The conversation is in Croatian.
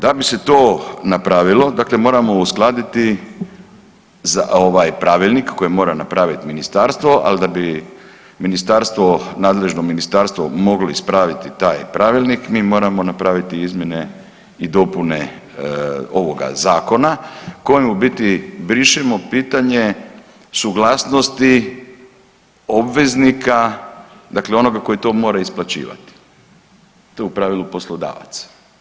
Da bi se to napravilo, dakle moram uskladiti ovaj Pravilnik koji mora napraviti Ministarstvo, ali da bi Ministarstvo, nadležno ministarstvo moglo ispraviti taj Pravilnik, mi moramo napraviti izmjene i dopune ovoga Zakona kojim u biti brišemo pitanje suglasnosti obveznika, dakle onoga koji to mora isplaćivati, to u pravilu poslodavac.